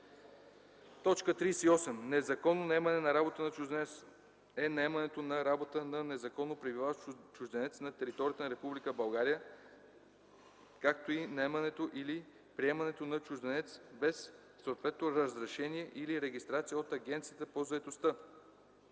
38. „Незаконно наемане на работа на чужденец” е наемането на работа на незаконно пребиваващ чужденец на територията на Република България, както и наемането или приемането на чужденец без съответното разрешение или регистрация от Агенцията по заетостта.”